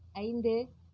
ஐந்து